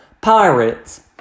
Pirates